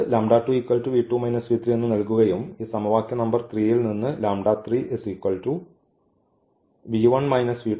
അത് എന്ന് നൽകുകയും ഈ സമവാക്യ നമ്പർ 3 ൽ നിന്ന് നൽകുകയും ചെയ്യും